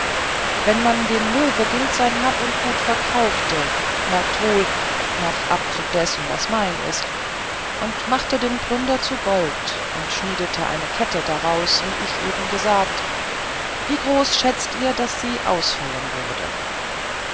wenn man dem löwegilt sein hab und gut verkaufte merkt wohl nach abzug dessen was mein ist und machte den plunder zu gold und schmiedet eine kette draus wie ich eben gesagt wie groß schätzt ihr daß sie ausfallen würde